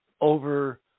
over